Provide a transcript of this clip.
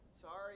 sorry